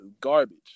garbage